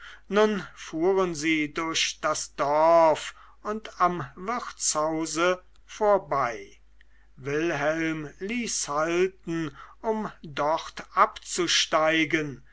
nun fuhren sie durch das dorf und am wirtshause vorbei wilhelm ließ halten um dort abzusteigen